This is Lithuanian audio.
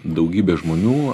daugybė žmonių